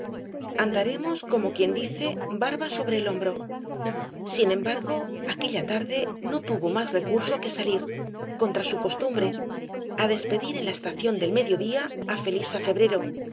andaremos como quien dice barba sobre el hombro sin embargo aquella tarde no tuvo más recurso que salir contra su costumbre á despedir en la estación del mediodía á felisa febrero